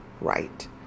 right